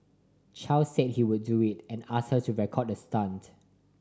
Chow said he would do it and asked her to record the stunt